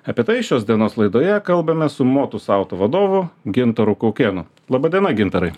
apie tai šios dienos laidoje kalbame su motus auto vadovu gintaru kaukėnu laba diena gintarai